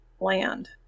land